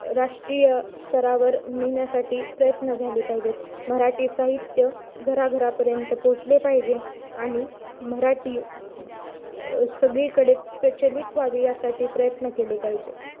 राष्ट्रीय स्तरावर नेण्यासाठी प्रयत्न झाले पाहिजेत मराठी साहित्य घराघरापर्यंत पोहोचले पाहिजे आणि मराठी सगळीकडे प्रचलित व्हावी यासाठी प्रयत्न केले पाहिजेत